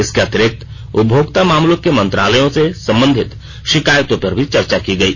इसके अतिरिक्त उपभोक्ता मामलों के मंत्रालयों के संबंधित शिकायतों पर भी चर्चा हुई